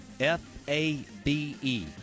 F-A-B-E